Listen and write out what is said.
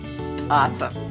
Awesome